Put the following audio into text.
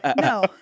No